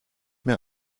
mir